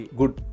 good